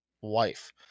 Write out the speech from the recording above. wife